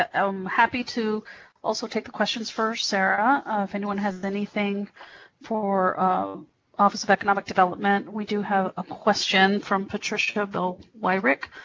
ah um happy to also take the questions for sarah if anyone has anything for um office of economic development. we do have a question from patricia bell wyrick.